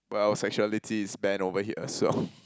well sexuality is banned over here so